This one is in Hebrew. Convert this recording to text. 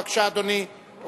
בבקשה, אדוני.